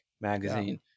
magazine